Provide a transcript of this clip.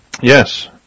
Yes